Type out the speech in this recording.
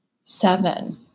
seven